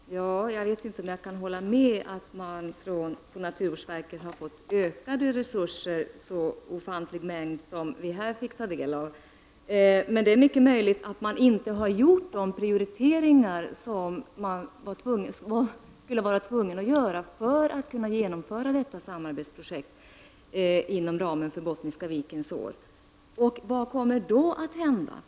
Herr talman! Jag vet inte om jag kan hålla med om att naturvårdsverket har fått så ofantligt ökade resurser som miljöministern här påstår. Men det är mycket möjligt att man inte har gjort de prioriteringar som man skulle ha behövt göra för att kunna genomföra detta samarbetsprojekt inom ramen för Bottniska Viken-året. Vad kommer då att hända?